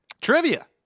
Trivia